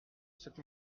cette